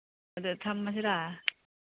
ꯑꯗꯨ ꯊꯝꯃꯁꯤꯔ